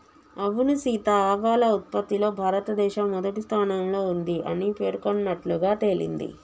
అవును సీత ఆవాల ఉత్పత్తిలో భారతదేశం మొదటి స్థానంలో ఉంది అని పేర్కొన్నట్లుగా తెలింది